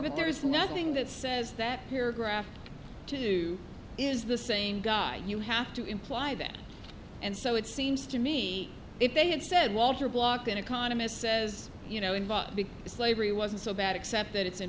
bit there's nothing that says that paragraph two is the same guy you have to imply that and so it seems to me if they had said walter block an economist says you know in the slavery wasn't so bad except that it's